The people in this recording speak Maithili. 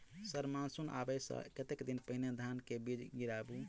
सर मानसून आबै सऽ कतेक दिन पहिने धान केँ बीज गिराबू?